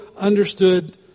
understood